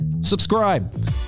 subscribe